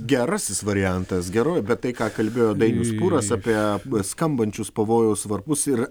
gerasis variantas geroji bet tai ką kalbėjo dainius pūras apie skambančius pavojaus varpus ir